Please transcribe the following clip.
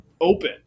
open